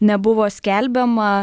nebuvo skelbiama